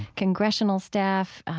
congressional staff,